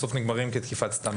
בסוף נגמרים כתקיפת סתם.